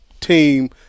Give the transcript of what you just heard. team